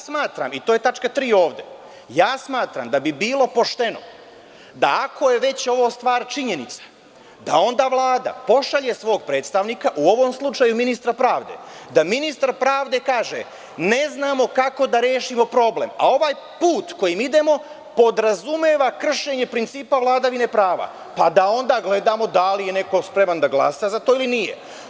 Smatram, to je tačka 3) ovde, da bi bilo pošteno da, ako je već ovo stvar činjenica, onda Vlada pošalje svog predstavnika, u ovom slučaju ministra pravde, da ministar pravde kaže – ne znamo kako da rešimo problem, a ovaj put kojim idemo podrazumeva kršenje principa vladavine prava, pa da onda gledamo da li je neko spreman da glasa za to ili nije.